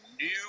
new